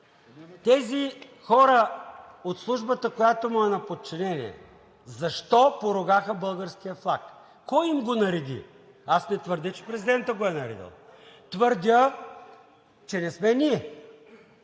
тези хора от службата, която му е на подчинение, защо поругаха българския флаг, кой им го нареди? Не твърдя, че президентът го е наредил. Твърдя, че не сме ние.